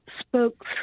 spoke